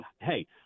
Hey